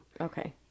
Okay